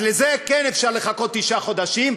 אז לזה כן אפשר לחכות תשעה חודשים,